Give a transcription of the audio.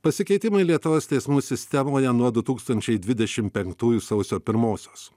pasikeitimai lietuvos teismų sistemoje nuo du tūkstančiai dvideši penktųjų sausio pirmosios